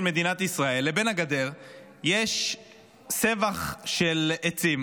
מדינת ישראל לבין הגדר יש סבך של עצים,